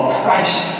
Christ